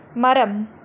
மரம்